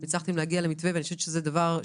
הלשכות הפרטיות אני חייב לספר אנקדוטה.